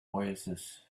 oasis